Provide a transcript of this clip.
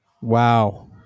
Wow